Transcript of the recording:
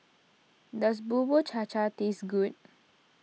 does Bubur Cha Cha taste good